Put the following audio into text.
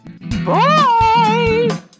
Bye